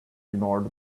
ignored